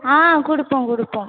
ஆ கொடுப்போம் கொடுப்போம்